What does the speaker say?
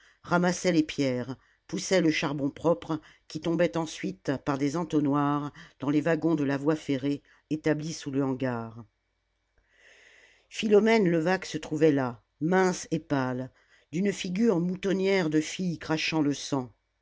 ramassaient les pierres poussaient le charbon propre qui tombait ensuite par des entonnoirs dans les wagons de la voie ferrée établie sous le hangar philomène levaque se trouvait là mince et pâle d'une figure moutonnière de fille crachant le sang